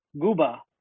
Guba